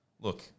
Look